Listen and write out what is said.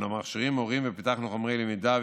אנו מכשירים מורים ופיתחנו חומרי למידה